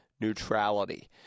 neutrality